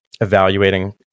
evaluating